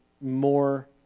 more